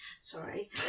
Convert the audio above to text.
sorry